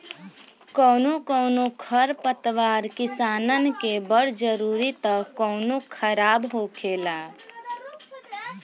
कौनो कौनो खर पतवार किसानन के बड़ जरूरी त कौनो खराब होखेला